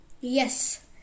Yes